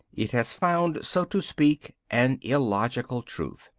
it has found, so to speak, an illogical truth.